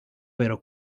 pero